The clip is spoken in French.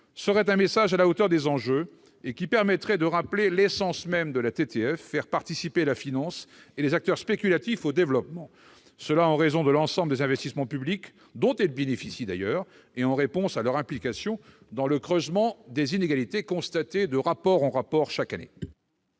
constituerait un message à la hauteur des enjeux et permettrait de rappeler la vocation même de la TTF, à savoir faire participer la finance et les acteurs spéculatifs au développement, eu égard à l'ensemble des investissements publics dont ils bénéficient et à leur implication dans le creusement des inégalités constaté de rapport en rapport chaque année.